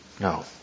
No